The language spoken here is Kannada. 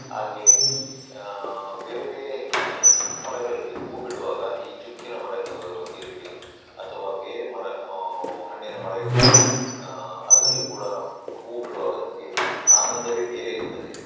ಆಗೆ ಬೇರೆ ಬೇರೆ ಮರಗಳಲ್ಲಿ ಹೂ ಬಿಡುವಾಗ ಈ ಚಿಕ್ಕುನ ಮರ ಇರಲಿ ಅಥವಾ ಬೇರೆ ಮರ ಹಣ್ಣಿನ ಮರ ಇರಲಿ ಅದರಲ್ಲಿ ಕೂಡ ಹೂ ಬಿಡುವಾಗ ನಮಗೆ ಆನಂದವೇ ಬೇರೆ ಇರ್ತದೆ